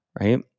right